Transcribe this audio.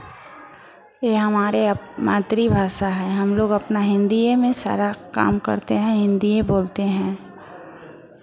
ये हमारे मातृ भाषा है हम लोग अपना हिन्दीये में सारा काम करते हैं हिन्दीये बोलते हैं